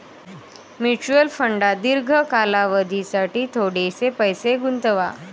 mutual फंडात दीर्घ कालावधीसाठी थोडेसे पैसे गुंतवा